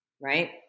right